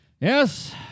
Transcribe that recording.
Yes